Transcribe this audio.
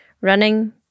running